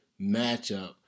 matchup